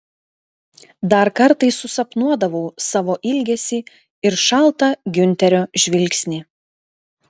dar kartais susapnuodavau savo ilgesį ir šaltą giunterio žvilgsnį